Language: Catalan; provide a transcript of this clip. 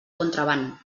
contraban